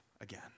again